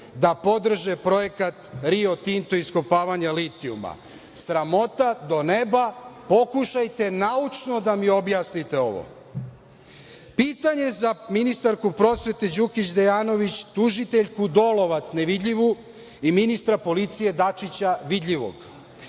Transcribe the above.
da podrže Projekat „Rio Tinto“ i iskopavanje litijuma. Sramota do neba. Pokušajte naučno da mi objasnite ovo. Pitanje za ministarku prosvete Đukić Dejanović i tužiteljku Dolovac, nevidljivu, i ministara policije Dačića, vidljivog.